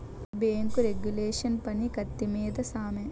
bank regulation పని కత్తి మీద సామే